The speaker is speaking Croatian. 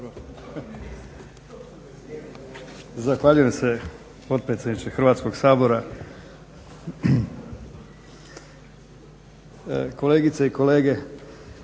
Zahvaljujem se potpredsjedniče Hrvatskog sabora. Kolegice i kolege.